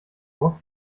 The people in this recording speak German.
vor